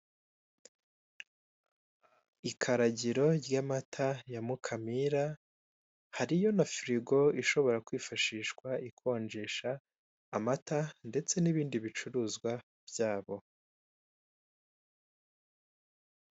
Ikaragiro ry'amata ya Mukamira hariyo na firigo ishobora kwifashisha ikonjesha amata ndetse n'ibindi bicuruzwa byabo.